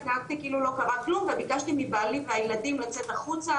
התנהגתי כאילו לא קרה כלום וביקשתי מבעלי והילדים לצאת החוצה,